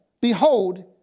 behold